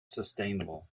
sustainable